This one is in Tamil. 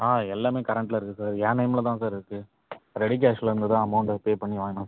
ஆ எல்லாமே கரண்ட்டில் இருக்குது சார் என் நேமில் தான் சார் இருக்குது ரெடி கேஷ்லேருந்து தான் அமௌண்ட்ட பே பண்ணி வாங்கினேன்